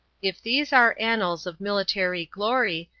if these are annals of military glory,